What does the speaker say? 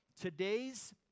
today's